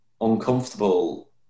uncomfortable